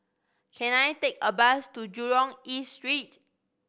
can I take a bus to Jurong East Street